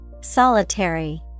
Solitary